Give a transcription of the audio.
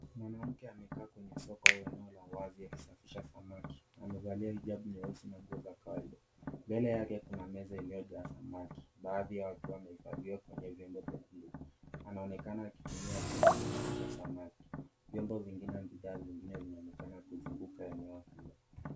Mwanamke amekaa kwenye soko au eneo la wazi, akisafisha samaki. Amevalia hijabu nyeusi na nguo za kawaida. Mbele yake kuna meza iliyojaa samaki, baadhi yao wakiwa wamehifadhiwa kwenye viombo vya buluu. Anaonekana akitumia kisu kusafisha samaki, viombo vingine na bidhaa zinaonekana kuzunguka eneo hilo.